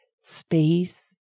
Space